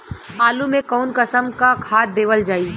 आलू मे कऊन कसमक खाद देवल जाई?